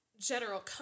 general